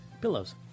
Pillows